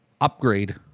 upgrade